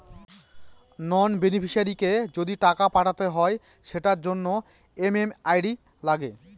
নন বেনিফিশিয়ারিকে যদি টাকা পাঠাতে হয় সেটার জন্য এম.এম.আই.ডি লাগে